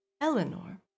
Eleanor